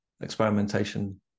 experimentation